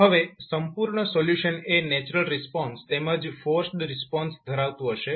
હવે સંપૂર્ણ સોલ્યુશન એ નેચરલ રિસ્પોન્સ તેમજ ફોર્સ્ડ રિસ્પોન્સ ધરાવતું હશે